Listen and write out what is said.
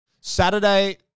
Saturday